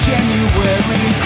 January